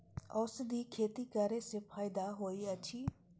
औषधि खेती करे स फायदा होय अछि?